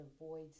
avoid